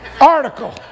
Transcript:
article